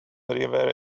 river